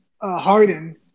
Harden